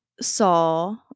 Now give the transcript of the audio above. saw